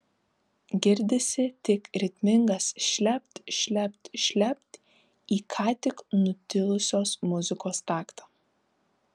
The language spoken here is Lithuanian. girdisi tik ritmingas šlept šlept šlept į ką tik nutilusios muzikos taktą